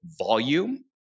volume